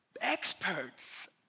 experts